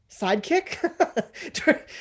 sidekick